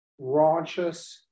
raunchous